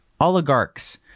oligarchs